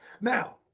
Now